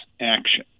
action